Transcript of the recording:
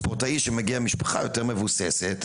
ספורטאי שמגיע ממשפחה יותר מבוססת,